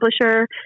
publisher